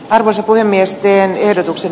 arvoisa puhemies teen ehdotuksen